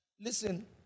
Listen